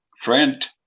friend